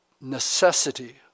necessity